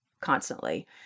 constantly